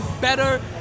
better